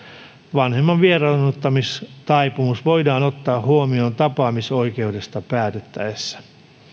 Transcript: vanhemman vieraannuttamistaipumus voidaan ottaa huomioon tapaamisoikeudesta päätettäessä